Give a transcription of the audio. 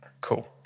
Cool